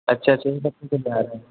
اچھا بہار میں